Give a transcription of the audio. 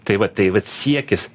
tai va tai vat siekis